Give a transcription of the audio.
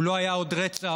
הוא לא היה עוד רצח,